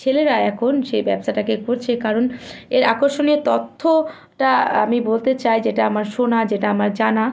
ছেলেরা এখন সেই ব্যবসাটকে করছে কারণ এর আকর্ষণে তথ্য টা আমি বলতে চাই যেটা আমার শোনা যেটা আমার জানা